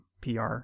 PR